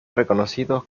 reconocidos